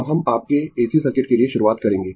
अब हम आपके AC सर्किट के लिए शुरुआत करेंगें